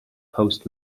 post